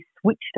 switched